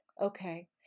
okay